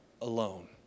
alone